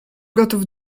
gotów